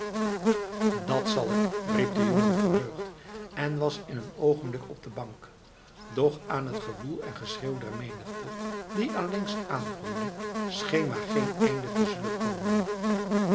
dat zal ik riep de jongen verheugd en was in een oogenblik op de bank doch aan het gewoel en geschreeuw der menigte die allengs aangroeide scheen maar geen einde te zullen komen